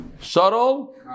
Shuttle